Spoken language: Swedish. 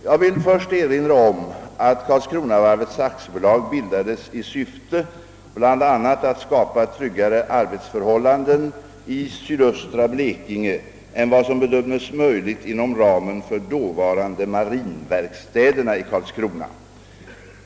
Jag vill först erinra om att Karlskronavarvet AB bildades i syfte bl.a. att skapa tryggare arbetsförhållanden i sydöstra Blekinge än vad som bedömes möjligt inom ramen för dåvarande marinverkstäderna i Karlskrona.